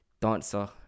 dancer